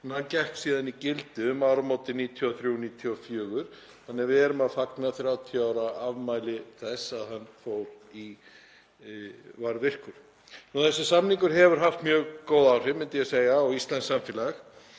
hann gekk síðan í gildi um áramótin 1993/1994, þannig að við erum að fagna 30 ára afmæli þess að hann varð virkur. Þessi samningur hefur haft mjög góð áhrif, myndi ég segja, á íslenskt samfélag.